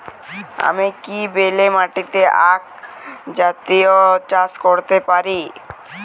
আমি কি বেলে মাটিতে আক জাতীয় চাষ করতে পারি?